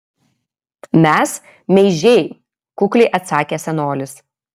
mes meižiai kukliai atsakė senolis